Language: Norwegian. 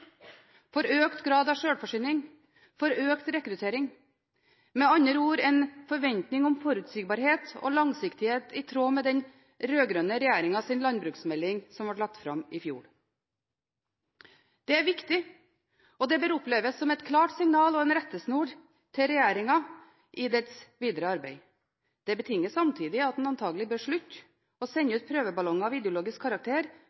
for økt grad av sjølforsyning, for økt rekruttering – med andre ord en forventning om forutsigbarhet og langsiktighet i tråd med den rød-grønne regjeringens landbruksmelding, som ble lagt fram i fjor. Det er viktig, og det bør oppleves som et klart signal og en rettesnor til regjeringen i dens videre arbeid. Det betinger samtidig at en antakelig bør slutte å sende ut prøveballonger av ideologisk karakter,